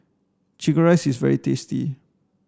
chicken rice is very tasty